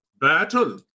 Battle